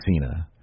Cena